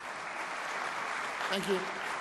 (מחיאות כפיים) Thank you.